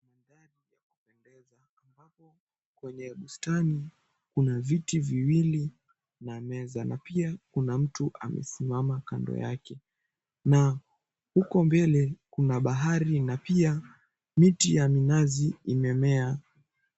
Kwenye bustani, kuna viti viwili na meza. Na pia kuna mtu amesimama kando yake. Na huko mbele kuna bahari na pia, miti ya minazi imemea.